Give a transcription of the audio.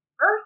Earth